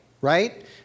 right